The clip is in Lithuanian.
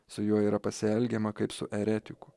su juo yra pasielgiama kaip su eretiku